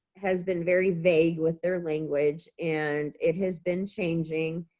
has been very vague with their language and it has been changing.